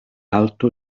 alto